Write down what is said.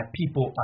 people